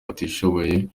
batishoboye